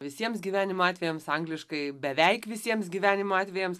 visiems gyvenimo atvejams angliškai beveik visiems gyvenimo atvejams